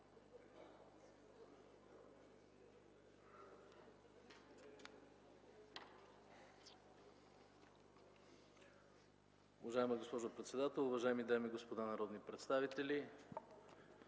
уважаема госпожо председател. Уважаеми господа народни представители,